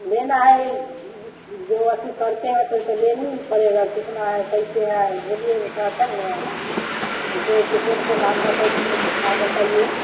लेना है जो अथी करते हैं तो तो लेना ही पड़ेगा कितना है कैसे है बोलिएगा तब न ऐसे ऐसे कौन कौन आम है कैसे कैसे आप बताइए